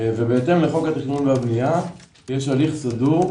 ובהתאם לחוק התכנון והבנייה יש הליך סדור,